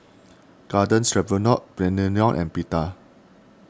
Garden Stroganoff Naengmyeon and Pita